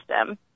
system